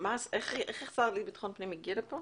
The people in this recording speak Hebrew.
איך השר לביטחון פנים הגיע לפה?